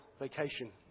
vacation